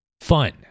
fun